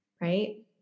right